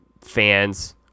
fans